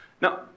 Now